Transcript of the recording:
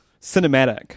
Cinematic